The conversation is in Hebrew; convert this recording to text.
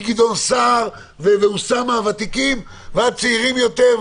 מגדעון סער ואוסאמה הוותיקים ועד צעירים יותר,